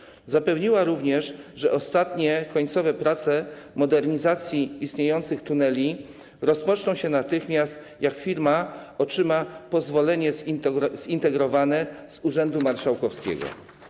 Rzeczniczka zapewniła również, że ostatnie, końcowe prace modernizacyjne istniejących tuneli rozpoczną się natychmiast, jak tylko firma otrzyma pozwolenie zintegrowane z urzędu marszałkowskiego.